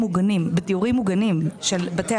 הם היו מוכנים לוותר על דברים